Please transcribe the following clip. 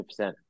100%